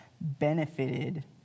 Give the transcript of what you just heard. benefited